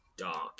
Dark